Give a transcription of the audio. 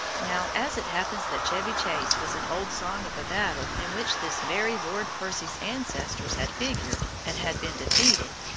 now, as it happens that chevy chase, was an old song of a battle in which this very lord percy's ancestors had figured, and had been defeated,